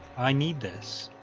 i need this.